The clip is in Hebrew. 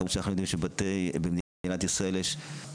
כמובן שאנחנו יודעים שבמדינת ישראל יש סוגים